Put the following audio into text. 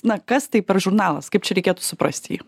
na kas tai per žurnalas kaip čia reikėtų suprasti jį